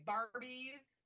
Barbies